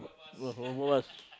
what over was